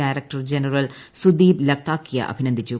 director general Sudeep Lakhtakia അഭിനന്ദിച്ചു